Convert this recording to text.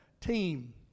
team